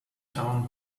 town